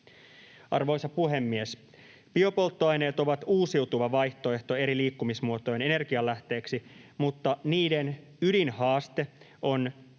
Arvoisa puhemies! Biopolttoaineet ovat uusiutuva vaihtoehto eri liikkumismuotojen energianlähteeksi, mutta niiden ydinhaaste on